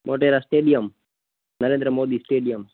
Motera stadium Narendra Modi stadium